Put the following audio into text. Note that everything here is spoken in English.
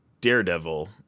daredevil